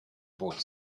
boat